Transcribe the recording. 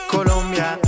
Colombia